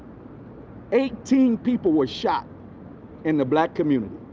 eighteen people were shot in the black community.